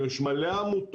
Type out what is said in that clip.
יש הרבה עמותות,